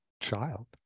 child